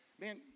man